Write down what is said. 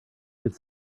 could